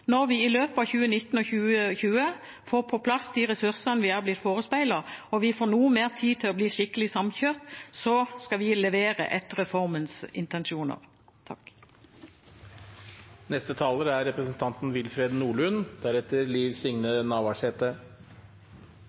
Når vi i løpet av 2019 og 2020 får på plass de ressursene vi er blitt forespeilet og vi får noe mer tid på å bli skikkelig samkjørt, så skal vi levere etter reformens intensjoner.» Det er